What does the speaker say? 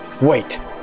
Wait